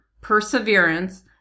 perseverance